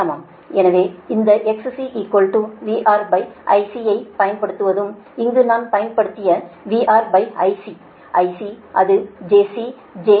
எனவே அந்த XC VRIC யைப் பயன்படுத்தவும் இங்கு நாம் பயன்படுத்திய VRIC IC அது jC j148